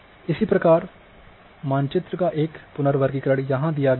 इसी प्रकार मानचित्र का एक पुनर्वर्गीकरण यहाँ दिया गया है